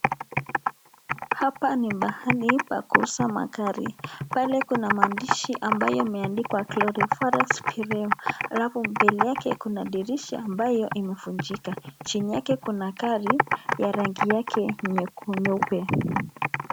Hapa ni mahali pa kuuza magari pale kuna mandishi ambayo imeandikwa gloroforex kireo alafu mbele yake kuna dirisha ambayo imefuchika chini yake kuna gari ya rangi yake nyeupe.